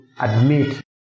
admit